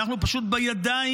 אנחנו פשוט בידיים